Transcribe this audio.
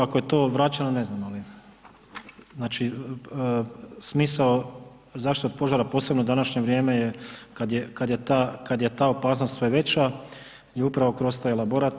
Ako je to vraćeno ne znam, ali znači smisao zaštita od požara posebno u današnje vrijeme kada je ta opasnost sve veća i upravo kroz taj elaborat.